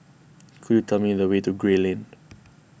could you tell me the way to Gray Lane